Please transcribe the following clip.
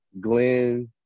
Glenn